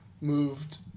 moved